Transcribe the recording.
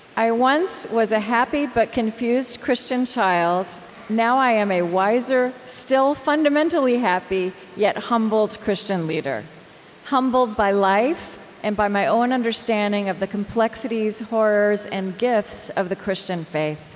i once was a happy but confused christian child, and now i am a wiser, still fundamentally happy, yet humbled christian leader humbled by life and by my own understanding of the complexities, horrors, and gifts of the christian faith.